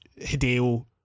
Hideo